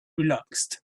relaxed